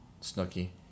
Snooky